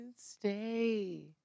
stay